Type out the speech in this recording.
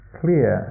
clear